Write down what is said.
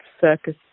circus